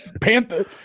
panther